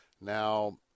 Now